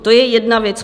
To je jedna věc.